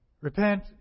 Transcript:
Repent